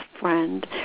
friend